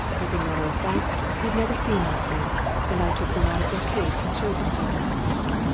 as a matter of fact, he'd never seen these things, and i took them out of their case and showed them to him.